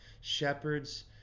shepherds